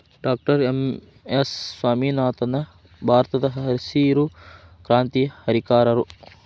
doctor M S Swaminathan ಭಾರತದಹಸಿರು ಕ್ರಾಂತಿಯ ಹರಿಕಾರರು